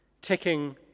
ticking